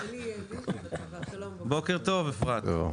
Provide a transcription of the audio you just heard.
בוקר טוב אפרת.